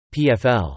PFL